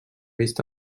vist